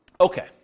okay